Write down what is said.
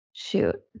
Shoot